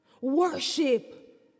Worship